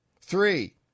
Three